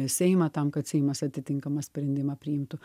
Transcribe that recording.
seimą tam kad seimas atitinkamą sprendimą priimtų